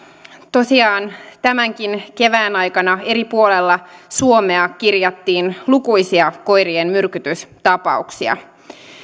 tosiaan tämänkin kevään aikana eri puolilla suomea kirjattiin lukuisia koirien myrkytystapauksia